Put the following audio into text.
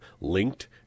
linked